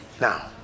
Now